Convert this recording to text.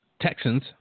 Texans